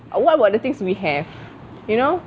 uh what about the things we have you know